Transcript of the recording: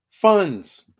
funds